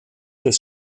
des